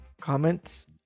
Comments